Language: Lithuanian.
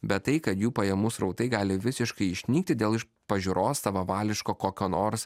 bet tai kad jų pajamų srautai gali visiškai išnykti dėl iš pažiūros savavališko kokio nors